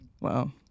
Wow